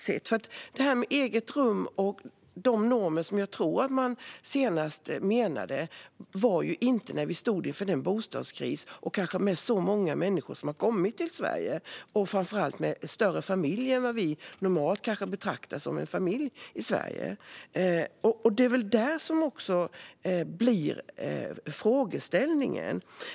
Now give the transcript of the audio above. Rätten till eget rum och de senaste normerna beslutades ju inte när vi stod inför en bostadskris och med så många människor som har kommit till Sverige, framför allt med större familjer än vad vi normalt kanske betraktar som en familj i Sverige. Det är det som är grunden för frågeställningen.